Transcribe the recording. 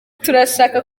turashaka